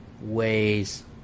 ways